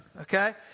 Okay